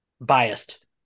biased